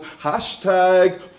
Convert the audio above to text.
Hashtag